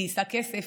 גייסה כסף,